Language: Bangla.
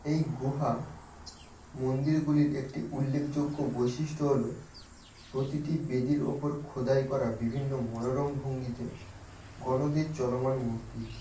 এই গুহা মন্দিরগুলির একটি উল্লেখযোগ্য বৈশিষ্ট্য হল প্রতিটি বেদীর উপর খোদাই করা বিভিন্ন মনোরম ভঙ্গিতে গণদের চলমান মূর্তি